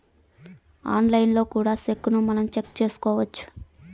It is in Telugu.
ఆన్లైన్లో కూడా సెక్కును మనం చెక్ చేసుకోవచ్చు